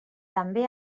també